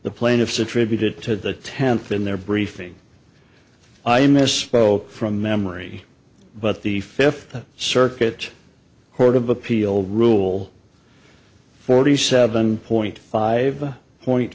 the plaintiffs attributed to the tenth in their briefing i misspoke from memory but the fifth circuit court of appeal rule forty seven point five point